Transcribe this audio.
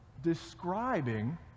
describing